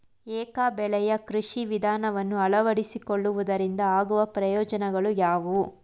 ಏಕ ಬೆಳೆಯ ಕೃಷಿ ವಿಧಾನವನ್ನು ಅಳವಡಿಸಿಕೊಳ್ಳುವುದರಿಂದ ಆಗುವ ಪ್ರಯೋಜನಗಳು ಯಾವುವು?